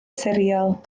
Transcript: siriol